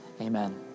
amen